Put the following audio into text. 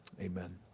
Amen